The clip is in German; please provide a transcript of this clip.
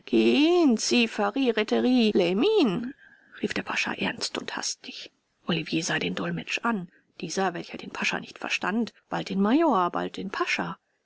rief der pascha ernst und hastig olivier sah den dolmetsch an dieser welcher den pascha nicht verstand bald den major bald den pascha